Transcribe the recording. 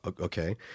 okay